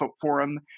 forum